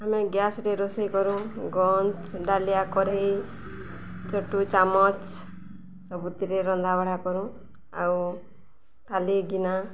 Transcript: ଆମେ ଗ୍ୟାସରେ ରୋଷେଇ କରୁ ଡାଲିଆ କଡ଼େଇ ଛଟୁ ଚାମଚ ସବୁଥିରେ ରନ୍ଧାବଢ଼ା କରୁ ଆଉ ଥାଳି ଗିନା